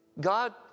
God